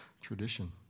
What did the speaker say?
tradition